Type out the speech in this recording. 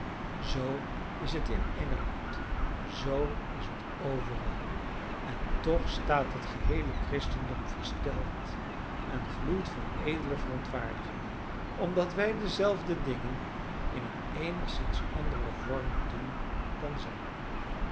zoo is het in engeland zoo is het overal en toch staat het geheele christendom versteld en gloeit van edele verontwaardiging omdat wij dezelfde dingen in een eenigszins anderen vorm doen dan zij